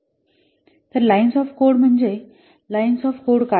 तर lines of code म्हणजे lines of code काय आहे